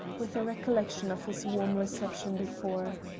with a recollection of his warm reception before.